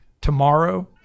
tomorrow